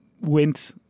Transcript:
went